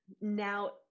now